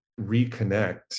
reconnect